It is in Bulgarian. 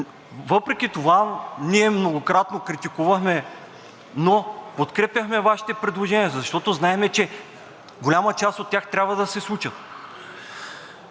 въпреки това ние многократно критикувахме, но подкрепяхме Вашите предложения, защото знаем, че голяма част от тях трябва да се случат.